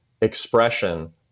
expression